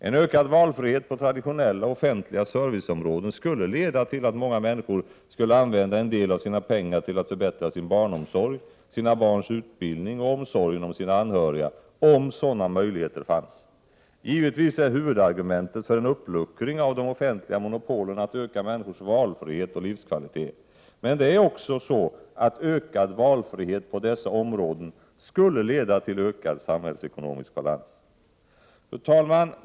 En ökad valfrihet på traditionella offentliga serviceområden skulle leda till att många människor skulle använda en del av sina pengar till att förbättra sin barnomsorg, sina barns utbildning och omsorgen om sina anhöriga, om sådana möjligheter fanns. Givetvis är huvudargumentet för en uppluckring av de offentliga monopolen att öka människors valfrihet och livskvalitet. Men det är också så att ökad valfrihet på dessa områden skulle leda till ökad samhällsekonomisk balans. Fru talman!